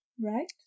right